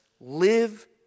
Live